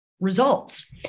results